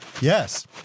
Yes